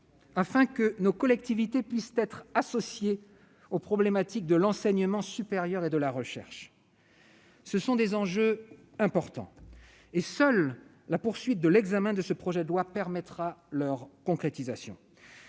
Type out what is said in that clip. afin que nos collectivités puissent être associées aux problématiques de l'enseignement supérieur et de la recherche. Ce sont des enjeux importants, et seule la poursuite de l'examen de ce projet de loi permettra leur concrétisation.